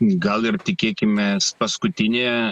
gal ir tikėkimės paskutinė